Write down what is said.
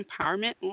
Empowerment